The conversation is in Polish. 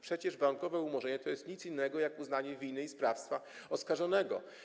Przecież warunkowe umorzenie to nic innego jak uznanie winy i sprawstwa oskarżonego.